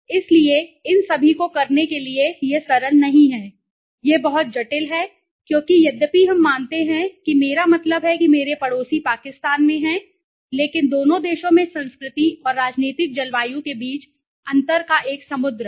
इसलिए इन सभी को करने के लिए यह सरल नहीं है यह बहुत जटिल है क्योंकि यद्यपि हम मानते हैं कि मेरा मतलब है कि मेरे पड़ोसी पाकिस्तान में हैं लेकिन दोनों देशों में संस्कृति और राजनीतिक जलवायु के बीच अंतर का एक समुद्र है